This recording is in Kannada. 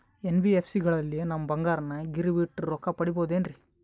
ಎನ್.ಬಿ.ಎಫ್.ಸಿ ಗಳಲ್ಲಿ ನಮ್ಮ ಬಂಗಾರನ ಗಿರಿವಿ ಇಟ್ಟು ರೊಕ್ಕ ಪಡೆಯಬಹುದೇನ್ರಿ?